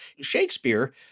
Shakespeare